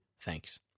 Thanks